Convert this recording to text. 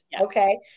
okay